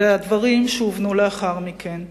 הדברים שהובנו לאחר מכן.